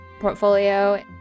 portfolio